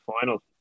final